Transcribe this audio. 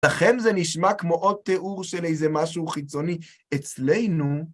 לכם זה נשמע כמו עוד תיאור של איזה משהו חיצוני, אצלנו...